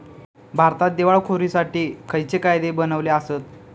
भारतात दिवाळखोरीसाठी खयचे कायदे बनलले आसत?